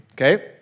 okay